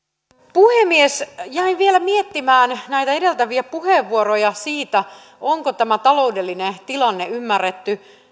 puhemies jäin vielä miettimään näitä edeltäviä puheenvuoroja siitä onko taloudellinen tilanne ymmärretty